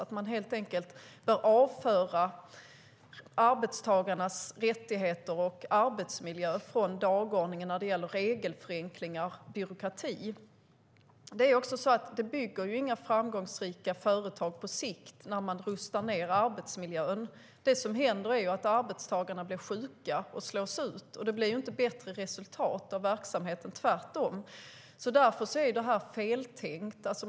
Man bör helt enkelt avföra arbetstagarnas rättigheter och arbetsmiljö från dagordningen för regelförenklingar och byråkrati. Att rusta ned arbetsmiljön bygger inga framgångsrika företag på sikt. Det som händer är att arbetstagarna blir sjuka och slås ut. Då blir det inte bättre resultat av verksamheten, tvärtom. Detta är därför feltänkt.